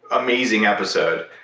amazing episode,